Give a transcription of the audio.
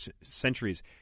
centuries